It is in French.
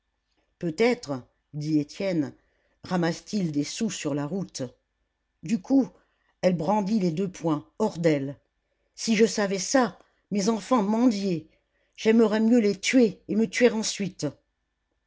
peut-être dit étienne ramasse t il des sous sur la route du coup elle brandit les deux poings hors d'elle si je savais ça mes enfants mendier j'aimerais mieux les tuer et me tuer ensuite